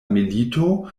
milito